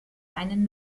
einen